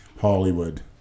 Hollywood